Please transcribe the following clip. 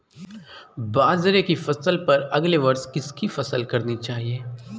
बाजरे की फसल पर अगले वर्ष किसकी फसल करनी चाहिए?